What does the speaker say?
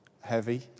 heavy